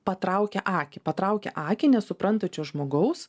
patraukia akį patraukia akį nesuprantančio žmogaus